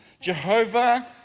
Jehovah